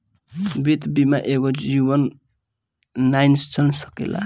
वित्त बिना एको दिन जीवन नाइ चल सकेला